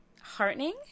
heartening